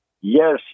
Yes